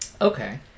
Okay